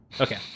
Okay